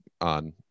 on